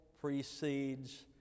precedes